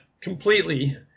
completely